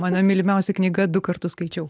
mano mylimiausia knyga du kartus skaičiau